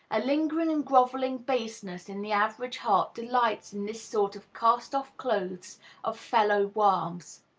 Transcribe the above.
a lingering and grovelling baseness in the average heart delights in this sort of cast-off clothes of fellow-worms.